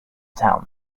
town